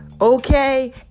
okay